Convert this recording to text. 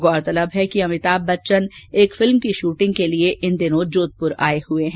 गौरतलब है कि अमिताम बच्चन एक फिल्म की शूटिंग के लिए इन दिनों जोधपुर आए हुए हैं